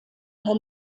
per